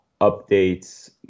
updates